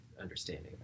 understanding